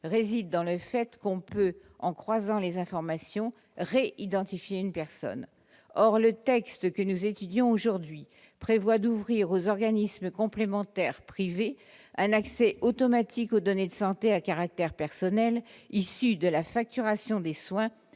réside dans le fait qu'on peut en croisant les informations ré-identifier une personne, or le texte que nous étudions aujourd'hui prévoit d'ouvrir aux organismes complémentaires privés un accès automatique aux données de santé à caractère personnel issu de la facturation des soins